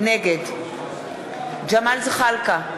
נגד ג'מאל זחאלקה,